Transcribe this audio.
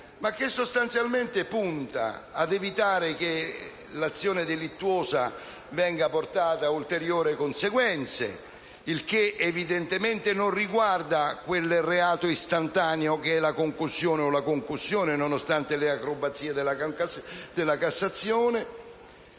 ma che sostanzialmente punta ad evitare che l'azione delittuosa venga portata ad ulteriori conseguenze: evidentemente ciò non riguarda quel reato istantaneo che è la corruzione o la concussione, nonostante le acrobazie della Cassazione.